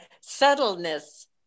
subtleness